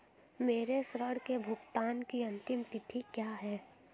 मेरे ऋण के भुगतान की अंतिम तिथि क्या है?